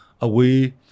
away